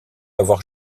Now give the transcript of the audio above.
avoir